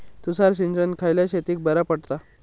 तुषार सिंचन खयल्या शेतीक बरा पडता?